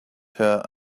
her